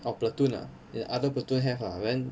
oh platoon ah in other platoon have lah but then